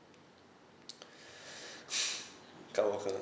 cup walker